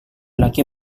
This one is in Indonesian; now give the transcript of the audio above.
laki